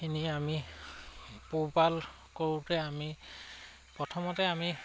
খিনি আমি পোহপাল কৰোঁতে আমি প্ৰথমতে আমি